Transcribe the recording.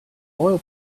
oil